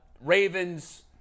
Ravens